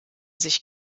sich